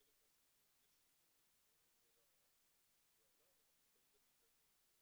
בחלק מהסעיפים יש שינוי לרעה ועליו אנחנו כרגע מתדיינים.